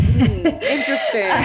Interesting